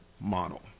model